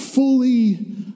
fully